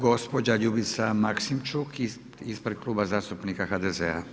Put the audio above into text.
Gospođa Ljubica Maksimčuk ispred Kluba zastupnika HDZ-a.